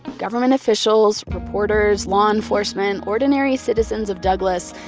government officials, reporters, law enforcement, ordinary citizens of douglas,